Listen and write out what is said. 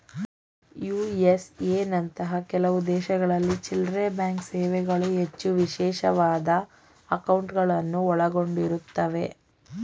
USA ನಂತಹ ಕೆಲವು ದೇಶಗಳಲ್ಲಿ ಚಿಲ್ಲ್ರೆಬ್ಯಾಂಕ್ ಸೇವೆಗಳು ಹೆಚ್ಚು ವಿಶೇಷವಾದ ಅಂಕೌಟ್ಗಳುನ್ನ ಒಳಗೊಂಡಿರುತ್ತವೆ